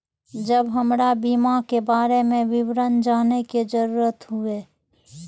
जब हमरा बीमा के बारे में विवरण जाने के जरूरत हुए?